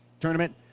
tournament